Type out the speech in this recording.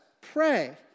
pray